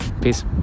Peace